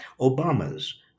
Obama's